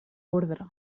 ordre